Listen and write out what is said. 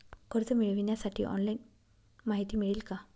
कर्ज मिळविण्यासाठी ऑनलाइन माहिती मिळेल का?